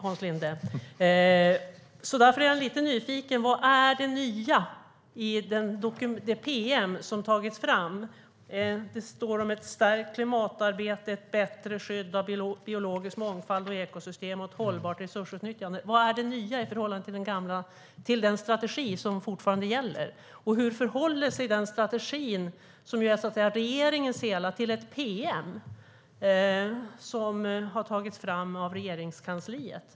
Vad är det nya i den promemoria som har tagits fram? Det talas där om ett stärkt klimatarbete, ett bättre skydd av biologisk mångfald och ekosystem och ett hållbart resursutnyttjande. Vad är det nya i förhållande till den strategi som fortfarande gäller? Och hur förhåller sig den strategi som är så att säga regeringens till den promemoria som har tagits fram av Regeringskansliet?